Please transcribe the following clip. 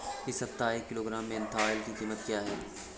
इस सप्ताह एक किलोग्राम मेन्था ऑइल की कीमत क्या है?